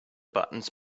buttons